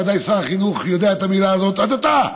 ודאי שר החינוך יודע את המילה הזאת: הדתה.